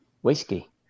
whiskey